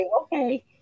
okay